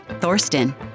Thorsten